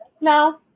No